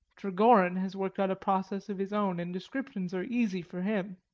trigorin has worked out a process of his own, and descriptions are easy for him.